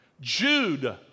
Jude